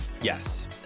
Yes